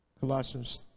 Colossians